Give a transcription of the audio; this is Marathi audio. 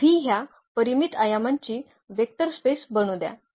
तर V ह्या परिमित आयामांची वेक्टर स्पेस बनू द्या